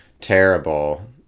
terrible